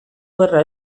gerra